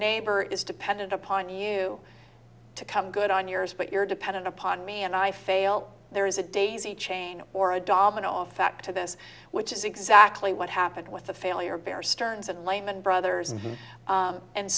neighbor is dependent upon you to come good on yours but you're dependent upon me and i fail there is a daisy chain or a domino effect to this which is exactly what happened with the failure bear stearns and lehman brothers and